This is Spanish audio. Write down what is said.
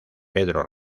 pedro